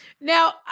Now